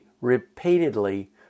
repeatedly